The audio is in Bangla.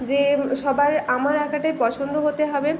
যে সবার আমার আঁকাটাই পছন্দ হতে হবে